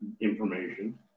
information